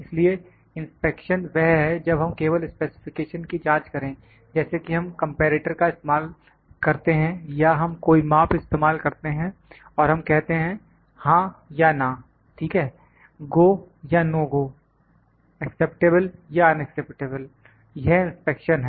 इसलिए इंस्पेक्शन वह है जब हम केवल स्पेसिफिकेशन की जांच करें जैसे कि हम कंपैरेटर का इस्तेमाल करते हैं या हम कोई माप इस्तेमाल करते हैं और हम कहते हैं हां या ना ठीक है GO या NO GO एक्सेप्टेबल या अनअक्सेप्टेबल वह इंस्पेक्शन है